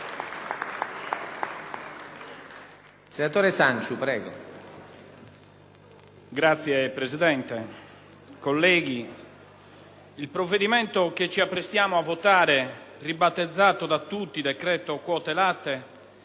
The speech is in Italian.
il provvedimento che ci apprestiamo a votare, ribattezzato da tutti «decreto quote latte»,